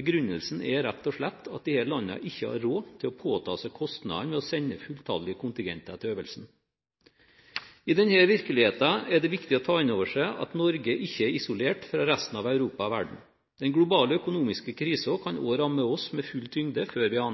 Begrunnelsen er rett og slett at disse landene ikke har råd til å påta seg kostnadene ved å sende fulltallige kontingenter til øvelsen. I denne virkeligheten er det viktig å ta inn over seg at Norge ikke er isolert fra resten av Europa og verden. Den globale økonomiske krisen kan også ramme oss med full tyngde før vi